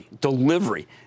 delivery